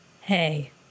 Hey